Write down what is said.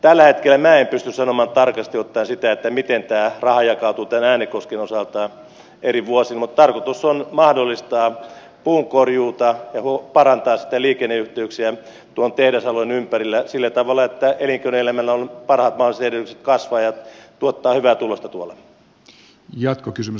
tällä hetkellä minä en pysty sanomaan tarkasti ottaen sitä miten tämä raha jakautuu äänekosken osalta eri vuosina mutta tarkoitus on mahdollistaa puunkorjuuta ja parantaa liikenneyhteyksiä tuon tehdasalueen ympärillä sillä tavalla että elinkeinoelämällä on parhaat mahdolliset edellytykset kasvaa ja tuottaa hyvää tulosta